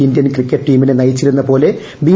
Indian cricket ടീമിനെ നയിച്ചിരുന്ന പോലെ ബി